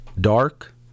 dark